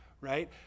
right